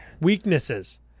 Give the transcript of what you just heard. Weaknesses